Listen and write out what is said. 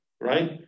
Right